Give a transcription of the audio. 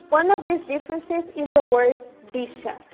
one of these differences is the word bicha.